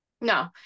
no